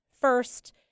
first